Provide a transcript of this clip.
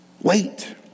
wait